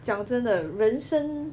讲真的人生